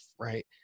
Right